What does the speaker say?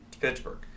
Pittsburgh